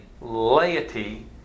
laity